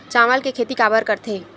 चावल के खेती काबर करथे?